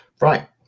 Right